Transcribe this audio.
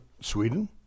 Sweden